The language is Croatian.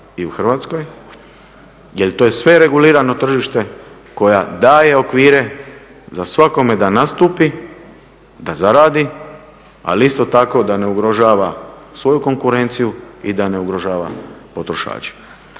EU i Hrvatskoj jer to je sve regulirano tržište koja daje okvire za svakome da nastupi, da zaradi, ali isto tako da ne ugrožava svoju konkurenciju i da ne ugrožava potrošače.